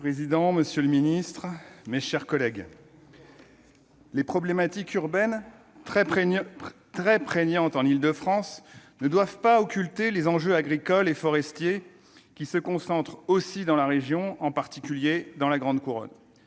Monsieur le président, monsieur le ministre, mes chers collègues, les problématiques urbaines, très prégnantes en Île-de-France, ne doivent pas occulter les enjeux agricoles et forestiers qui se concentrent aussi dans cette région, en particulier dans la grande couronne